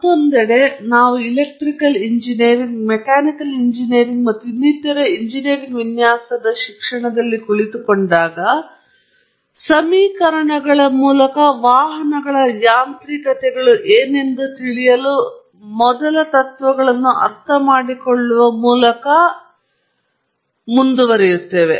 ಮತ್ತೊಂದೆಡೆ ನಾವು engineering engineering mechanical engineering ಮತ್ತು ಇನ್ನಿತರ ಎಂಜಿನಿಯರಿಂಗ್ ವಿನ್ಯಾಸದಲ್ಲಿ ಶಿಕ್ಷಣದಲ್ಲಿ ಕುಳಿತುಕೊಳ್ಳುತ್ತಿದ್ದಾಗ ಸಮೀಕರಣಗಳ ಮೂಲಕ ವಾಹನಗಳ ಯಾಂತ್ರಿಕತೆಗಳು ಏನೆಂದು ತಿಳಿಯಲು ಮೊದಲ ತತ್ವಗಳನ್ನು ಅರ್ಥಮಾಡಿಕೊಳ್ಳುವ ಮೂಲಕ ಮತ್ತು ಹೀಗೆ ಮಾಡುತ್ತದೆ